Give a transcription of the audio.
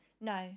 no